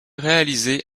réalisées